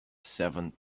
seven